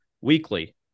weekly